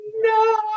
No